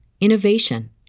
innovation